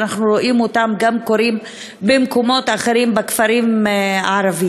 אנחנו רואים גם במקומות אחרים בכפרים הערביים.